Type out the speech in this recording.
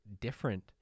different